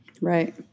Right